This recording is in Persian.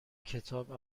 کتاب